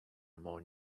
more